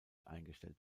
eingestellt